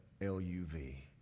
l-u-v